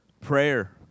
prayer